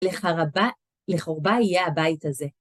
לחרבה, לחורבה יהיה הבית הזה.